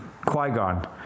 Qui-Gon